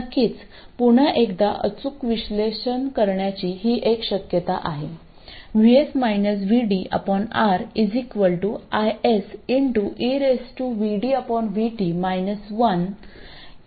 नक्कीच पुन्हा एकदा अचूक विश्लेषण करण्याची ही एक शक्यता आहे R IS ज्याचा अर्थ असा आहे की 5